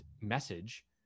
message